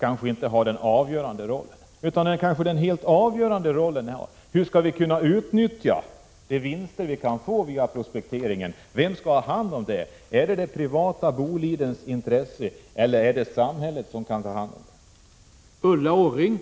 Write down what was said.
Det helt avgörande är kanske hur de vinster som prospekteringen ger skall kunna utnyttjas. Vem skall ha hand om dem? Är det det privata Bolidens intresse, eller är det samhället som skall ta hand om dem?